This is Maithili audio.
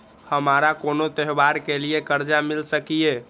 हमारा कोनो त्योहार के लिए कर्जा मिल सकीये?